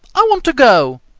i want to go!